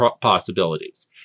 possibilities